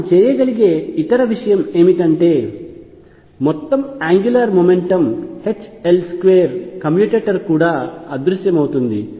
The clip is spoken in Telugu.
మనం చేయగలిగే ఇతర విషయం ఏమిటంటే మొత్తం angular mechanics H L2 commutator కూడా అదృశ్యమవుతుంది